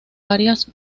varias